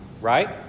right